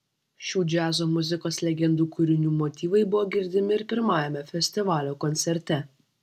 šių džiazo muzikos legendų kūrinių motyvai buvo girdimi ir pirmajame festivalio koncerte